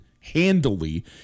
handily